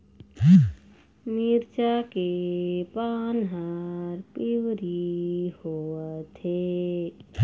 मिरचा के पान हर पिवरी होवथे?